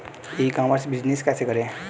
ई commerce business कैसे करें?